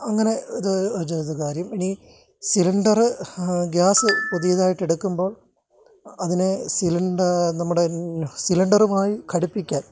അങ്ങനെ ഇത് ചെയ്യുന്ന കാര്യം ഇനി സിലിണ്ടറ് ഗ്യാസ് പുതിയതായിട്ട് എടുക്കുമ്പോൾ അതിനെ സിലിണ്ടർ നമ്മുടെ സിലിണ്ടറുമായി ഘടിപ്പിക്കാൻ